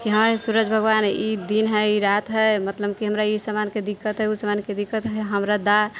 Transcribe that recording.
की हँ हे सूरज भगवान ई दिन है ई राति है मतलब की हमरा ई सामानके दिक्कत है उ सामानके दिक्कत है हमरा दऽ